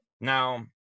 Now